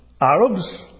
Arabs